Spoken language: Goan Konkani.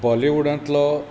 बॉलिवुडांतलो